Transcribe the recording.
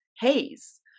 haze